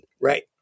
Right